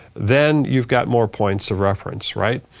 then you've got more points of reference right?